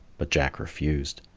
but jack refused.